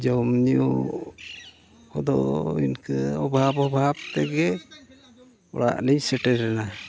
ᱡᱚᱢᱼᱧᱩ ᱠᱚᱫᱚ ᱤᱱᱠᱟᱹ ᱚᱵᱷᱟᱵᱽ ᱚᱵᱷᱟᱵᱽ ᱛᱮᱜᱮ ᱚᱲᱟᱜ ᱞᱤᱧ ᱥᱮᱴᱮᱨᱮᱱᱟ